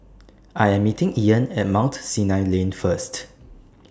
I'm meeting Ian At Mount Sinai Lane First